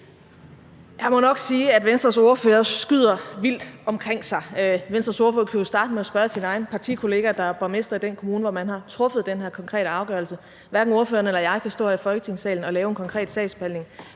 Jeg må nok sige, at Venstres ordfører skyder vildt omkring sig. Venstres ordfører kunne jo starte med at spørge sin egen partikollega, der er borgmester i den kommune, hvor man har truffet den her konkrete afgørelse. Hverken ordføreren eller jeg kan stå her i Folketingssalen og lave en konkret sagsbehandling.